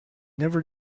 never